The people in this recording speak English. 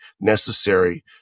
necessary